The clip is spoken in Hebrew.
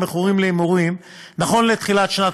במכורים להימורים: נכון לתחילת שנת